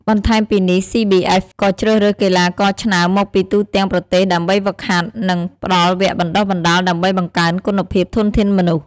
បន្ថែមពីនេះ CBF ក៍ជ្រើសរើសកីឡាករឆ្នើមមកពីទូទាំងប្រទេសដើម្បីហ្វឹកហាត់ និង ផ្តល់វគ្គបណ្តុះបណ្តាលដើម្បីបង្កើនគុណភាពធនធានមនុស្ស។។